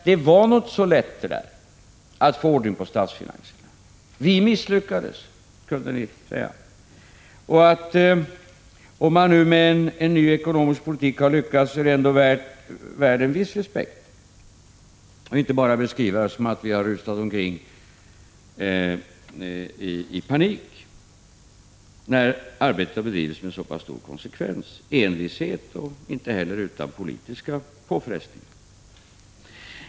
”Det var nog inte så lätt att få ordning på statsfinanserna — vi misslyckades”, kunde ni säga. Om man nu med en ny ekonomisk politik har lyckats, är det ändå värt en viss respekt och inte bara att beskrivas som att vi rusat omkring i panik, när arbetet bedrivits med stor konsekvens, envishet och inte utan politiska påfrestningar.